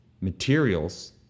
materials